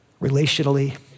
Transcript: relationally